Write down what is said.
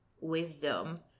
wisdom